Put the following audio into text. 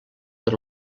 per